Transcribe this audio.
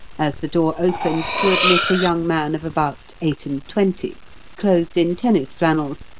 as the door opened to admit a young man of about eight-and-twenty, clothed in tennis flannels,